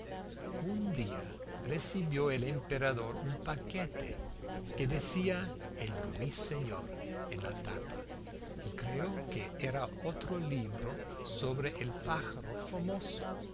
un día recibió el emperador un paquete que decía el ruiseñor en la tapa y creyó que era otro libro sobre el pájaro famoso